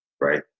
Right